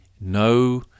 no